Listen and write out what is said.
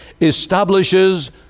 establishes